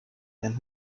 and